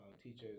teachers